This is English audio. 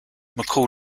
mccall